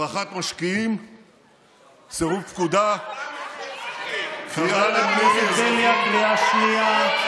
חבר הכנסת פורר, קראתי אותך, קריאה שנייה.